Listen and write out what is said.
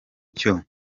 cyo